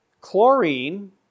Chlorine